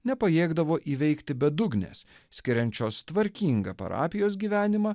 nepajėgdavo įveikti bedugnės skiriančios tvarkingą parapijos gyvenimą